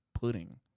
pudding